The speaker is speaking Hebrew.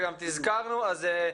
גם תזכרנו בנושא,